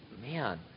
man